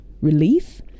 relief